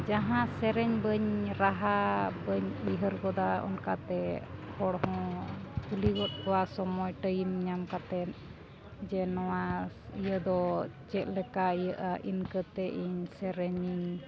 ᱡᱟᱦᱟᱸ ᱥᱮᱨᱮᱧ ᱵᱟᱹᱧ ᱨᱟᱦᱟ ᱵᱟᱹᱧ ᱩᱭᱦᱟᱹᱨ ᱜᱚᱫᱟ ᱚᱱᱠᱟ ᱛᱮ ᱦᱚᱲ ᱦᱚᱸ ᱠᱩᱞᱤ ᱜᱚᱜ ᱠᱚᱣᱟ ᱥᱚᱢᱚᱭ ᱴᱟᱭᱤᱢ ᱧᱟᱢ ᱠᱟᱛᱮᱫ ᱡᱮ ᱱᱚᱣᱟ ᱤᱭᱟᱹ ᱫᱚ ᱪᱮᱫ ᱞᱮᱠᱟ ᱤᱭᱟᱹᱜᱼᱟ ᱤᱱᱠᱟᱹ ᱛᱮ ᱤᱧ ᱥᱮᱨᱮᱧᱤᱧ